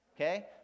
Okay